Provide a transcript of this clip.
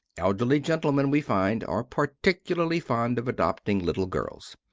elderly gentlemen, we find, are particularly fond of adopting little girls.